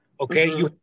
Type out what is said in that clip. okay